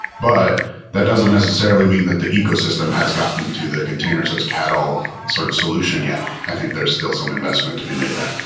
but that doesn't necessarily mean that the ecosystem has gotten to the containers, those cattle sort of solution yet. i think there's still some investment to be made there.